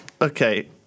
Okay